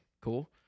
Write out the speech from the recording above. Cool